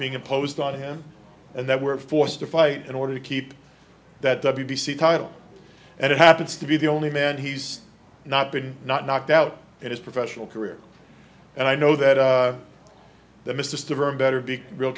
being imposed on him and that we're forced to fight in order to keep that w b c title and it happens to be the only man he's not been not knocked out in his professional career and i know that the mr a better